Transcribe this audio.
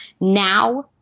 Now